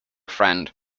friend